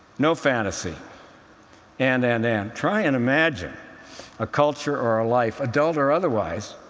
no fantasy and, and, and. try and imagine a culture or a life, adult or otherwise